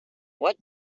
what